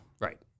Right